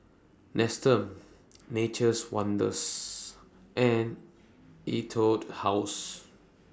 Nestum Nature's Wonders and Etude House